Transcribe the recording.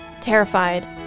terrified